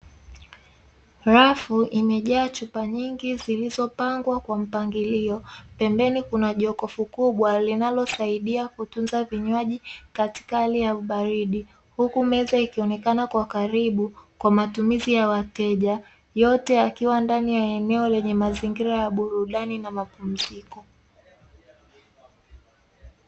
Rafu imejaa chupa nyingi zilizopangwa kwa mpangilio, pembeni kuna jokofu kubwa linalosaidia kutunza vinywaji katika hali ya ubaridi, huku meza ikionekana kwa karibu kwa matumizi ya wateja. Yote yakiwa ndani ya eneo lenye mazingira ya burudani na mapumziko.